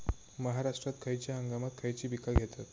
महाराष्ट्रात खयच्या हंगामांत खयची पीका घेतत?